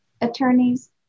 attorneys